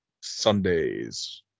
sundays